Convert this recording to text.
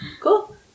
Cool